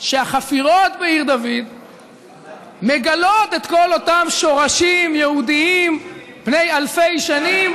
שהחפירות בעיר דוד מגלות את כל אותם שורשים יהודיים בני אלפי שנים,